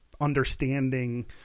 understanding